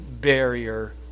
barrier